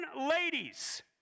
ladies